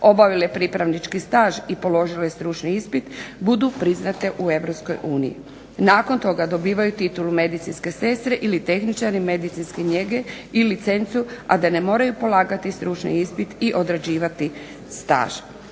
obavile pripravnički staž i položile stručni ispit budu priznate u Europskoj uniji. Nakon toga dobivaju titulu medicinske sestre ili tehničari medicinske njege i licencu a da ne moraju polagati stručni ispit i odrađivati staž.